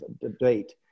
debate